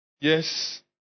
yes